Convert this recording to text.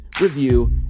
review